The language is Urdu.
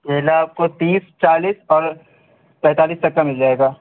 کیلا آپ کو تیس چالیس اور پینتالیس تک کا مل جائے گا